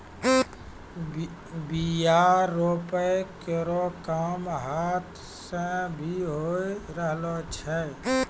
बीया रोपै केरो काम हाथ सें भी होय रहलो छै